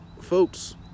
folks